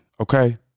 Okay